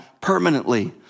permanently